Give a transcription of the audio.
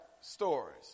stories